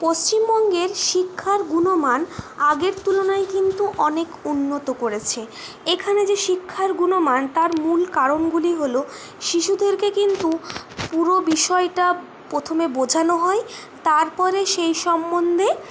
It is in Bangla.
পশ্চিমবঙ্গের শিক্ষার গুণমান আগের তুলনায় কিন্তু অনেক উন্নত করেছে এখানে যে শিক্ষার গুণমান তার মূল কারণগুলি হল শিশুদেরকে কিন্তু পুরো বিষয়টা প্রথমে বোঝানো হয় তারপরে সেই সম্বন্ধে